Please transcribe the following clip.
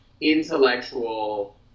intellectual